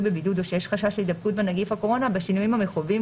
בבידוד או שיש חשש להידבקות בנגיף הקורונה בשינויים המחויבים